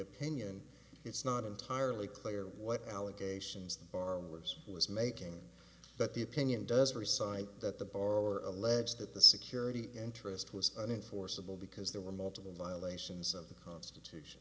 opinion it's not entirely clear what allegations the borrowers was making but the opinion does resign that the borrower allege that the security interest was an enforceable because there were multiple violations of the constitution